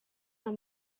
are